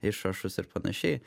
išrašus ir panašiai